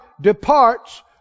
departs